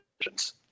decisions